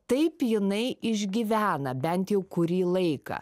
taip jinai išgyvena bent jau kurį laiką